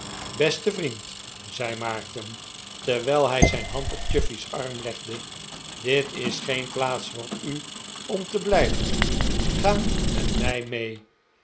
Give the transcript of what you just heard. beste vriend zei maarten terwijl hij zijn hand op chuffey's arm legde dit is geen plaats voor u om te blijven ga met mij mee